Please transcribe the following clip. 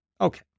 Okay